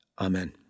Amen